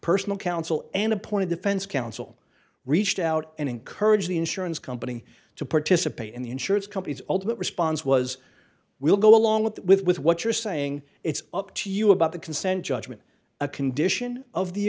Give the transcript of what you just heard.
personal counsel and appointed defense counsel reached out and encourage the insurance company to participate in the insurance company's alternate response was we'll go along with what you're saying it's up to you about the consent judgment a condition of the